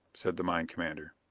said the mine commander.